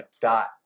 dot